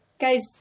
guys